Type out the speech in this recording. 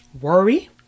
worry